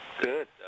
Good